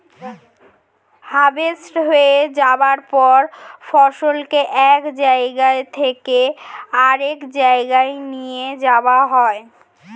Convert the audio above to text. harvest হয়ে যাওয়ার পর ফসলকে এক জায়গা থেকে আরেক জায়গায় নিয়ে যাওয়া হয়